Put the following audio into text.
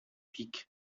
pics